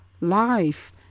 life